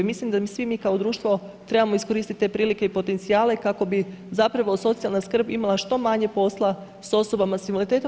Mislim da svi mi kao društvo trebamo iskoristiti te prilike i potencijale kako bi zapravo socijalna skrb imala što manje posla sa osobama sa invaliditetom.